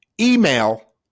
email